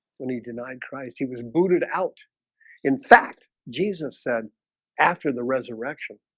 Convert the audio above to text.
when he denied christ he was booted out in fact, jesus said after the resurrection,